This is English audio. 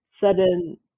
sudden